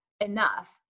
enough